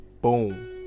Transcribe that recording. Boom